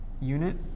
unit